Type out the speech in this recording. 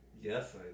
Yes